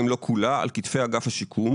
אם לא כולה על כתפיי אגף השיקום,